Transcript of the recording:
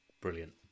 brilliant